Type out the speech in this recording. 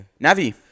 Navi